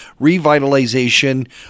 revitalization